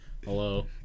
Hello